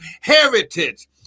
heritage